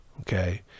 okay